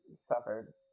suffered